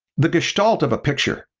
the gestalt of a picture,